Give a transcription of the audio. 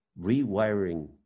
rewiring